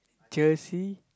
Chelsea